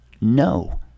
No